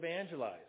evangelize